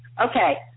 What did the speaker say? Okay